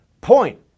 point